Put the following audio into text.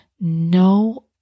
no